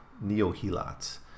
Neo-Helots